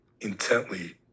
intently